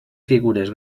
figures